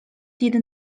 did